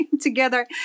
together